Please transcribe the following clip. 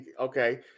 Okay